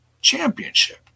championship